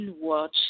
watch